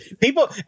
People